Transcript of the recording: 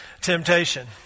temptation